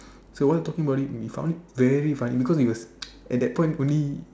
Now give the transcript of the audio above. so while talking about it we found it very funny because it was at that point only